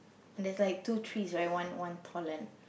and there's like two trees right one one tall and